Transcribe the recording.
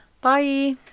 Bye